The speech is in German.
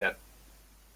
werden